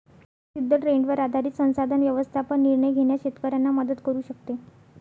सिद्ध ट्रेंडवर आधारित संसाधन व्यवस्थापन निर्णय घेण्यास शेतकऱ्यांना मदत करू शकते